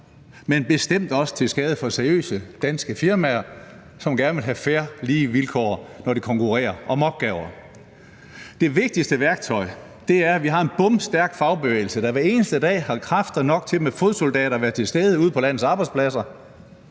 men bestemt også til skade for seriøse danske firmaer, som gerne vil have fair og lige vilkår, når de konkurrerer om opgaver. Det vigtigste værktøj er, at vi har en bomstærk fagbevægelse, der hver eneste dag har kræfter nok til med fodsoldater at være til stede ude på landets arbejdspladser,